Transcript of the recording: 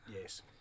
Yes